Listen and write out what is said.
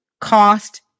cost